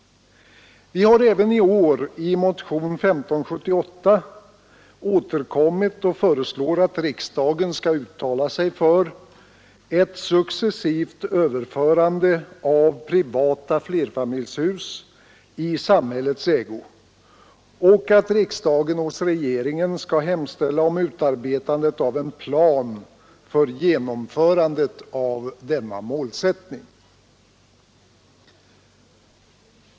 Vi har även i år i motionen 1578 återkommit och föreslår att riksdagen skall uttala sig för ett successivt överförande av privata flerfamiljshus i samhällets ägo och att riksdagen hos regeringen skall hemställa om utarbetande av en plan för genomförandet av denna målsättning.